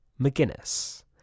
McGinnis